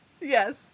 Yes